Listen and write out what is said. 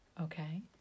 Okay